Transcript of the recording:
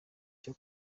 cyo